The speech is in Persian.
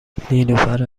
نیلوفر